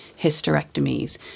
hysterectomies